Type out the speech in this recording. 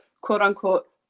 quote-unquote